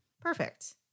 Perfect